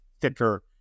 thicker